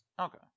Okay